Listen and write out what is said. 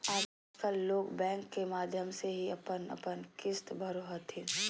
आजकल लोग बैंक के माध्यम से ही अपन अपन किश्त भरो हथिन